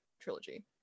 trilogy